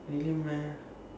really meh